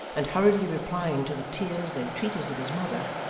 and hurriedly replying to the tears and entreaties of his mother,